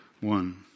one